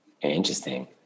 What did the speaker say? Interesting